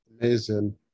Amazing